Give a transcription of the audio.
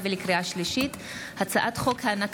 חוק ומשפט בעניין פיצול הצעת חוק קיום